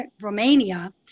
Romania